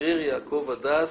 השגריר יעקב הדס.